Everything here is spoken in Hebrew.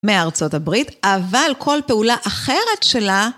מארה״ב, אבל כל פעולה אחרת שלה